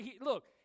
look